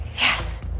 Yes